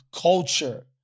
culture